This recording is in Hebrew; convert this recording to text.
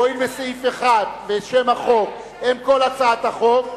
הואיל וסעיף 1 ושם החוק הם כל הצעת החוק,